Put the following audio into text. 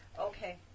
Okay